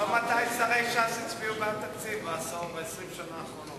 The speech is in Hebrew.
תחשוב מתי שרי ש"ס הצביעו בעד התקציב ב-20 השנים האחרונות.